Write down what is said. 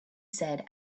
said